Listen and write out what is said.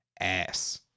ass